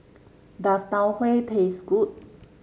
does Tau Huay taste good